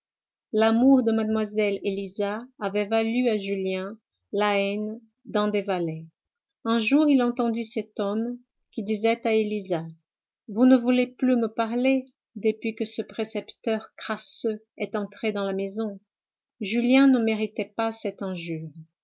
l'amour de mlle élisa avait valu à julien la haine d'un des valets un jour il entendit cet homme qui disait à élisa vous ne voulez plus me parler depuis que ce précepteur crasseux est entré dans la maison julien ne méritait pas cette injure